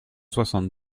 soixante